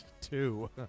two